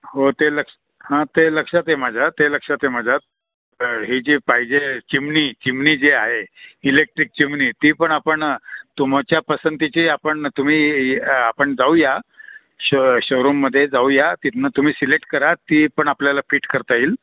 हो ते लक्ष हां ते लक्षात आहे माझ्या ते लक्षात आहे माझ्या ही जी पाहिजे चिमणी चिमणी जी आहे इलेक्ट्रिक चिमणी ती पण आपण तुमच्या पसंतीची आपण तुम्ही आपण जाऊया शो शोरूमध्ये जाऊया तिथनं तुम्ही सिलेक्ट करा ती पण आपल्याला फिट करता येईल